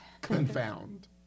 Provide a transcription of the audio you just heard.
Confound